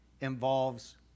involves